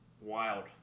wild